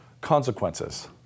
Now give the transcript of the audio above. consequences